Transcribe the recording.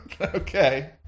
Okay